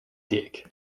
dick